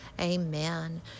amen